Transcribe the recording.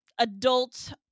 adult